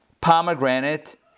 pomegranate